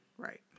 Right